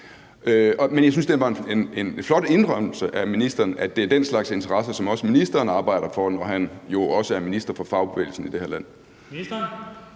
Men jeg synes, det var en flot indrømmelse fra ministerens side at sige, at det er den slags interesser, som også ministeren arbejder for nu, hvor han jo også er minister for fagbevægelsen i det her land.